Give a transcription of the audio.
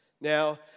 Now